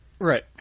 Right